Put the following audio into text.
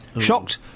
Shocked